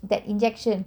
that injection